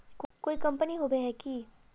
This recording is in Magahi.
कोई कंपनी होबे है की?